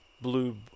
Blue